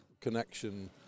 connection